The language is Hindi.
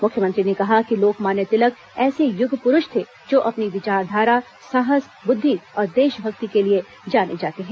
मुख्यमंत्री ने कहा कि लोकमान्य तिलक ऐसे युग पुरूष थे जो अपनी विचारधारा साहस ब्रद्धि और देशभक्ति के लिए जाने जाते हैं